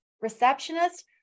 receptionist